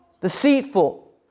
deceitful